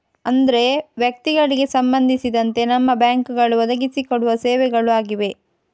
ಅಂದ್ರೆ ವ್ಯಕ್ತಿಗಳಿಗೆ ಸಂಬಂಧಿಸಿದಂತೆ ನಮ್ಮ ಬ್ಯಾಂಕುಗಳು ಒದಗಿಸಿ ಕೊಡುವ ಸೇವೆಗಳು ಆಗಿವೆ